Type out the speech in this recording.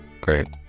great